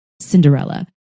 Cinderella